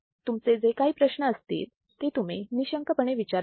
तुमचे जे काही प्रश्न असतील ते तुम्ही निशंक पणे विचारू शकता